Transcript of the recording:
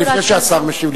לפני שהשר משיב,